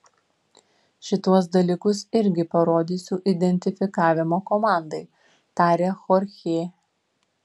šituos dalykus irgi parodysiu identifikavimo komandai tarė chorchė